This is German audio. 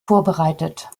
vorbereitet